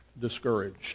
discouraged